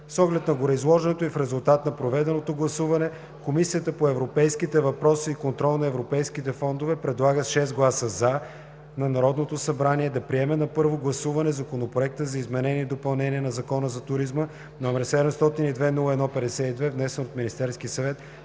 С оглед на гореизложеното и в резултат на проведеното гласуване, Комисията по европейските въпроси и контрол на европейските фондове предлага с 6 гласа „за” на Народното събрание да приеме на първо гласуване Законопроект за изменение и допълнение на Закона за туризма, № 702-01-52, внесен от Министерския съвет